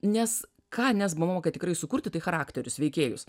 nes ką nesbo moka tikrai sukurti tai charakterius veikėjus